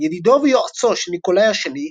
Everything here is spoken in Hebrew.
ידידו ויועצו של ניקולאי השני,